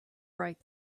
right